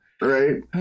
right